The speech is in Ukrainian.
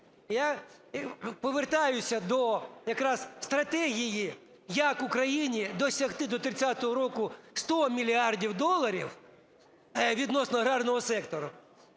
Я повертаюся до якраз стратегії, як Україні досягти до 30-го року 100 мільярдів доларів відносно аграрного сектору.